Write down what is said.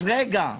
אז רגע.